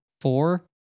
four